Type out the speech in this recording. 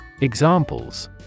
Examples